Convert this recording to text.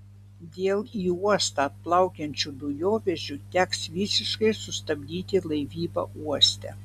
dėl į uostą atplauksiančių dujovežių teks visiškai sustabdyti laivybą uoste